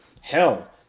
Hell